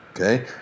okay